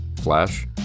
Flash